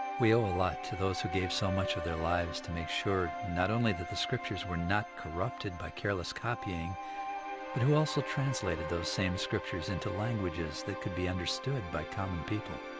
we owe a lot to those who gave so much of their lives to make sure, not only that the scriptures were not corrupted by careless copying, but who also translated those same scriptures into languages. that could be understood by common people.